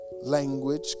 Language